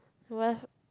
were